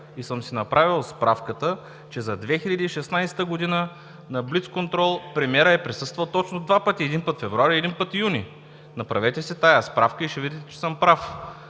и съм си направил справка, че за 2016 г. на блицконтрол премиерът е присъствал точно два пъти – един път февруари и един път юни. Направете си справката и ще видите, че съм прав.